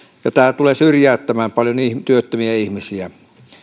asuvat tämä tulee syrjäyttämään paljon työttömiä ihmisiä